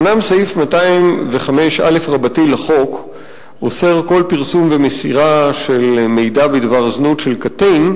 אומנם סעיף 205א לחוק אוסר כל פרסום ומסירה של מידע בדבר זנות של קטין,